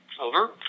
Over